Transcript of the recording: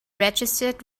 registered